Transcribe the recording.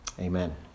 Amen